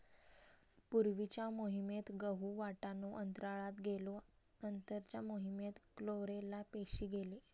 पूर्वीच्या मोहिमेत गहु, वाटाणो अंतराळात गेलो नंतरच्या मोहिमेत क्लोरेला पेशी गेले